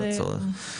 על הצורך.